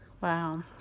wow